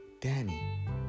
Danny